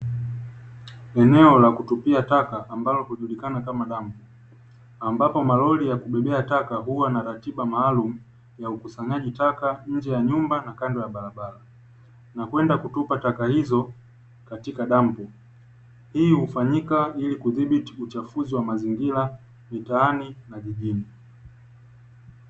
Eneo la kutupia taka ambalo hujulikana kama dampo, ambapo malori ya kubebea taka huwa na ratiba maalumu ya ukusanyaji taka nje ya nyumba na kando ya barabara na kwenda kutupa taka hizo katika dampo. Hii hufanyika ili kudhibiti uchafuzi wa mazingira mitaani na jijini.